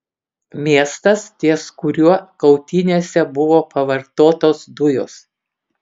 miestas ties kuriuo kautynėse buvo pavartotos dujos